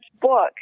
book